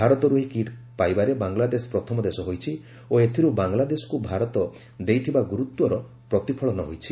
ଭାରତରୁ ଏହି କିଟ୍ ପାଇବାରେ ବାଂଲାଦେଶ ପ୍ରଥମ ଦେଶ ହୋଇଛି ଓ ଏଥିରୁ ବାଂଲାଦେଶକୁ ଭାରତ ଦେଇଥିବା ଗୁରୁତ୍ୱର ପ୍ରତିଫଳନ ହୋଇଛି